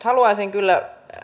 haluaisin kyllä